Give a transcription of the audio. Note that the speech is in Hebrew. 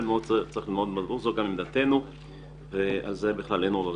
זה מאוד חשוב, זו גם עמדתנו ועל זה אין עוררין.